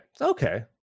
Okay